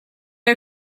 are